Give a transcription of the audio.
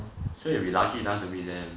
so it'll be lucky enough to meet them